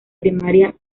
primaria